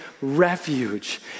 refuge